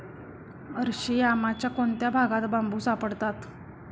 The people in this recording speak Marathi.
अरशियामाच्या कोणत्या भागात बांबू सापडतात?